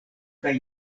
kaj